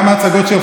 זה לא הצגה.